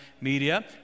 media